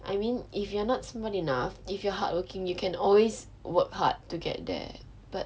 I mean if you are not smart enough if you are hardworking you can always work hard to get there but